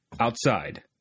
outside